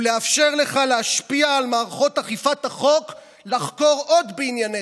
ולאפשר לך להשפיע על מערכות אכיפת החוק לחקור עוד בעניינך: